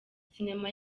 sinema